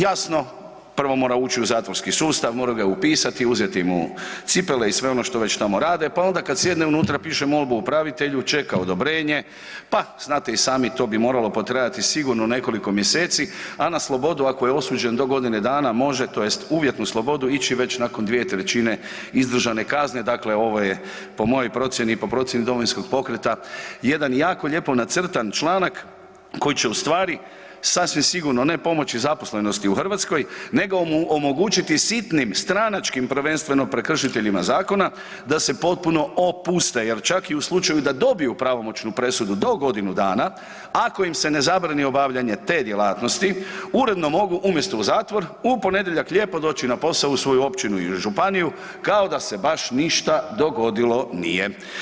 Jasno, prvo mora ući u zatvorski sustav, moraju ga upisati, uzeti mu cipele i sve ono što već tamo rade, pa ona kad sjedne unutra piše molbu upravitelju, čeka odobrenje, pa znate i sami to bi moralo potrajati sigurno nekoliko mjeseci, a na slobodu ako je osuđen do godine dana može tj. uvjetnu slobodu ići već nakon 2/3 izdržane kazne, dakle ovo je po mojoj procijeni i po procijeni Domovinskog pokreta jedan jako lijepo nacrtan članak koji će ustvari sasvim sigurno ne pomoći zaposlenosti u Hrvatskoj nego mu omogućiti sitnim stranačkim prvenstveno prekršiteljima zakona da se potpuno opuste jer čak i u slučaju da dobiju pravomoćnu presudu do godinu dana ako im se ne zabrani obavljanje te djelatnosti uredno mogu umjesto u zatvor u ponedjeljak lijepo doći na posao u svoju općinu ili županiju kao da se baš ništa dogodilo nije.